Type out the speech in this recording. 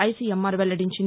ICMR వెల్లడించింది